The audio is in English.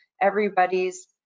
everybody's